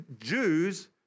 Jews